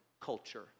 culture